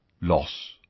loss